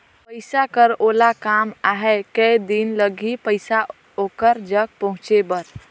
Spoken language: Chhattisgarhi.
पइसा कर ओला काम आहे कये दिन लगही पइसा ओकर जग पहुंचे बर?